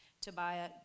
Tobiah